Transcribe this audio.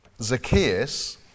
Zacchaeus